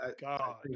god